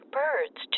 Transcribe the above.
birds